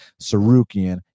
Sarukian